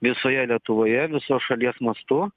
visoje lietuvoje visos šalies mastu